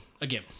again